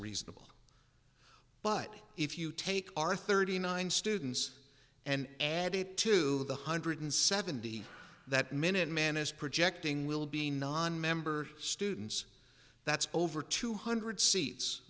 reasonable but if you take our thirty nine students and add it to the hundred seventy that minuteman is projecting will be nonmember students that's over two hundred seats